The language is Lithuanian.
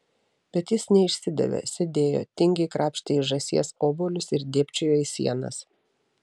bet jis neišsidavė sėdėjo tingiai krapštė iš žąsies obuolius ir dėbčiojo į sienas